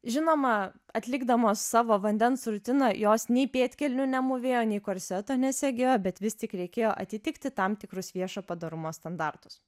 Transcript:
žinoma atlikdamos savo vandens rutiną jos nei pėdkelnių nemūvėjo nei korseto nesėgėjo bet vis tik reikėjo atitikti tam tikrus viešo padorumo standartus